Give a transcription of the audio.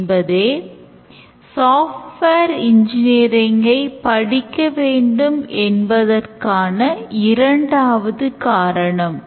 இப்போது நாம் விவாதித்த overall diagram இதுவாகும்